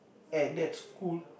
at that school